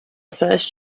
first